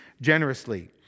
generously